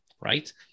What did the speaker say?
Right